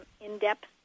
in-depth